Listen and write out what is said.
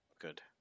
Good